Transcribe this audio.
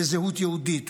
בזהות יהודית,